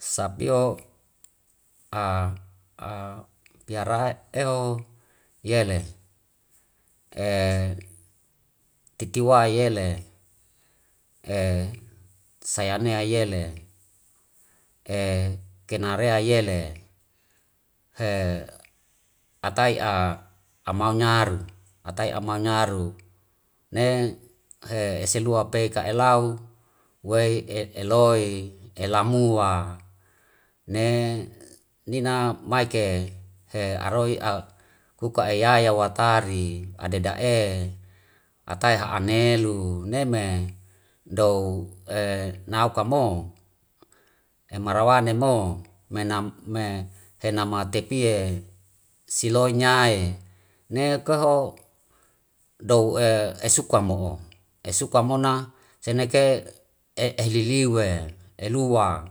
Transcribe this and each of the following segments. Sapio tia rahe eho yele titiwa yele saya nea yele kena rea yele he atai'a amau nyaru, atai amau nyaru. Ne he ese lua peka elau wei eloi elamua ne nina maike he aroi kuka eyaya watari adeda'e atai a'anelu neme dou nau ka mo, emara wane mo mena, henama tepie siloi nyae ne keho, dou'e esuka mo'o esuka mona senai ke eliliwe elua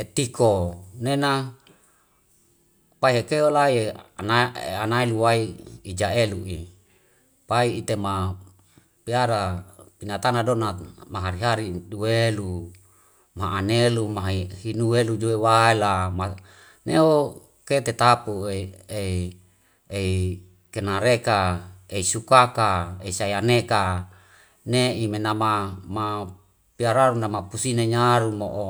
etiko nena pai heke lai anai luwai ija elu'i. Pai ite ma piara pinatana donat mahari hari due lu ma anelu mahai hinu elu jue waila ma. Neho ke tetap kena reka ei sukaka esa yaneka'a ne ime nama piararu nama pusi nai nyaru mo'o.